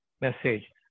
message